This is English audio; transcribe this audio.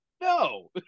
No